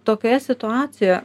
tokioje situacijoje